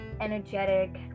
energetic